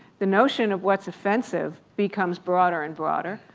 the notion of what's offensive becomes broader and broader.